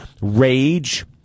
rage